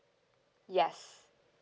yes